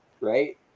right